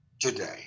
today